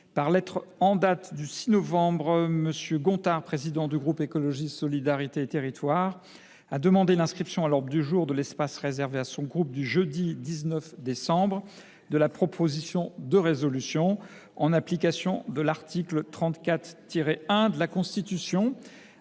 Par lettre en date du 6 novembre, M. Guillaume Gontard, président du groupe Écologiste – Solidarité et Territoires, a demandé l’inscription à l’ordre du jour de l’espace réservé à son groupe du jeudi 19 décembre de la proposition de résolution, en application de l’article 34 1 de la Constitution,